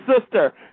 sister